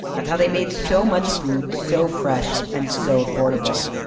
that's how they made so much food so fresh, and so affordable.